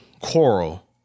Coral